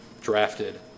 drafted